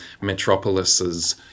metropolises